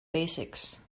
basics